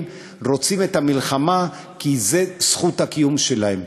רוצים את המלחמה כי זה זכות הקיום שלהם.